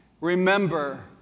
Remember